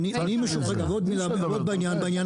עוד מילה בעניין הזה,